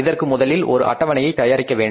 இதற்கு முதலில் ஒரு அட்டவணையை தயாரிக்க வேண்டும்